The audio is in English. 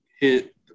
hit